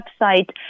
website